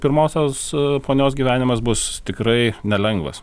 pirmosios ponios gyvenimas bus tikrai nelengvas